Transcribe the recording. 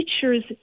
teachers